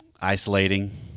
isolating